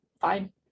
fine